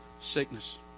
Sickness